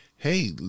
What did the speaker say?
hey